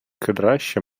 краще